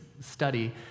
study